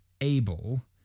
able